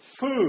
food